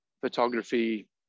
photography